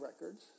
records